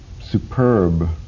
superb